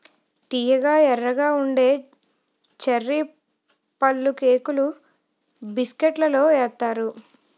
తియ్యగా ఎర్రగా ఉండే చర్రీ పళ్ళుకేకులు బిస్కట్లలో ఏత్తారు